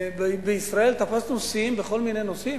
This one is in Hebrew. בישראל תפסנו שיאים בכל מיני נושאים,